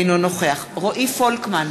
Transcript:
אינו נוכח רועי פולקמן,